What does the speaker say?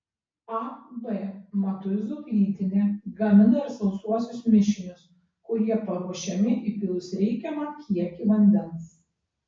ab matuizų plytinė gamina ir sausuosius mišinius kurie paruošiami įpylus reikiamą kiekį vandens